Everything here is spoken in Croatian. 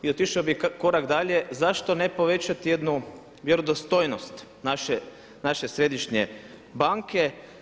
I otišao bih korak dalje zašto ne povećati jednu vjerodostojnost naše središnje banke.